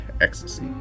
ecstasy